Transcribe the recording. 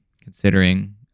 considering